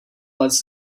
lets